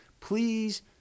Please